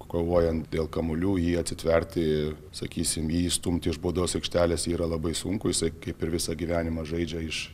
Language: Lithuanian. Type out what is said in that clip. kovojant dėl kamuolių jį atsitverti sakysim jį išstumti iš baudos aikštelės yra labai sunku jisai kaip ir visą gyvenimą žaidžia iš